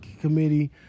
committee